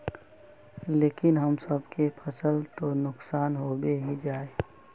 लेकिन हम सब के फ़सल तो नुकसान होबे ही जाय?